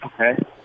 Okay